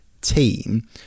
team